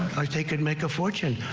i take and make a fortune,